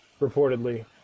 reportedly